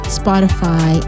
spotify